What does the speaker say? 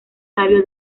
savio